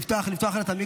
נא לפתוח לה את המיקרופון.